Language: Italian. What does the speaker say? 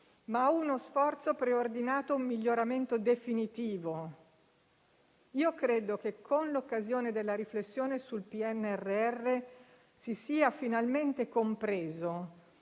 ma uno sforzo preordinato per un miglioramento definitivo. Credo che, con l'occasione della riflessione sul PNRR, si sia finalmente compreso